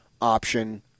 option